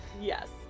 Yes